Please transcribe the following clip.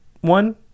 one